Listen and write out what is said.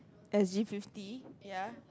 S_G fifty ya